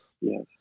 Yes